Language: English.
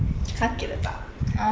oh